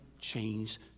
change